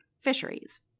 fisheries